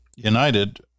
United